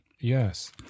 yes